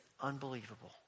unbelievable